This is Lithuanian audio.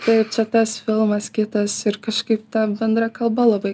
taip čia tas filmas kitas ir kažkaip ta bendra kalba labai